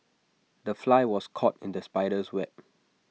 the fly was caught in the spider's web